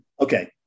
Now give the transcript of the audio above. Okay